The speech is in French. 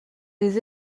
des